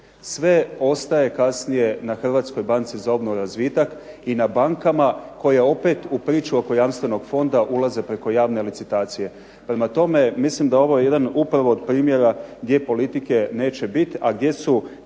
Sve ostaje kasnije na Hrvatskoj banci za obnovu i razvitak i na bankama koje opet u priču oko jamstvenog Fonda ulaze preko javne licitacije. Prema tome, mislim da je ovo upravo jedan od primjera gdje politike neće biti a gdje su